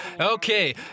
Okay